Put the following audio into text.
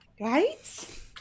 Right